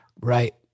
Right